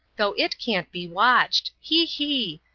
though it cannot be watched. he! he!